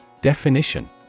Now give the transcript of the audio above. Definition